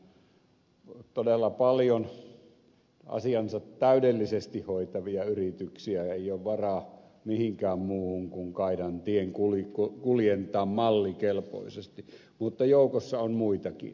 joukossahan on todella paljon asiansa täydellisesti hoitavia yrityksiä joilla ei ole varaa mihinkään muuhun kuin kaidan tien kulkemiseen mallikelpoisesti mutta joukossa on muitakin